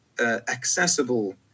accessible